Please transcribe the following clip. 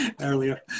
earlier